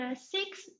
six